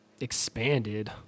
expanded